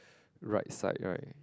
right side right